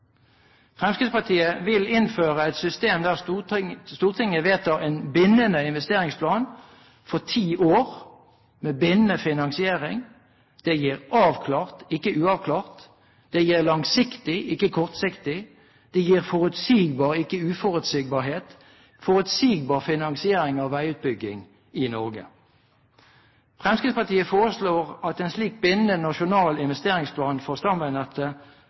Fremskrittspartiet vil innføre et system der Stortinget vedtar en bindende investeringsplan for ti år, med bindende finansiering – det gir avklart, ikke uavklart, langsiktig, ikke kortsiktig, og forutsigbar, ikke uforutsigbar, finansiering av veiutbygging i Norge. Fremskrittspartiet foreslår at en slik bindende nasjonal investeringsplan for stamveinettet